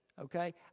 Okay